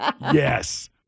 Yes